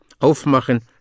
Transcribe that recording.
aufmachen